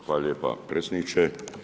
Hvala lijepa predsjedniče.